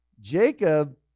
jacob